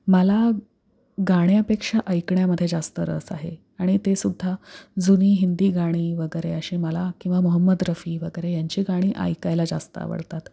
मला गाण्यापेक्षा ऐकण्यामध्ये जास्त रस आहे आणि ते सुद्धा जुनी हिंदी गाणी वगैरे अशी मला किंवा मोहम्मद रफी वगैरे यांची गाणी ऐकायला जास्त आवडतात